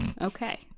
Okay